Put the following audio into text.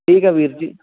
ਠੀਕ ਆ ਵੀਰ ਜੀ